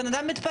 בן אדם מתפטר,